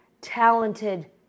talented